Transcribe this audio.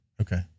Okay